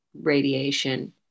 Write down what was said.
radiation